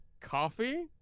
Coffee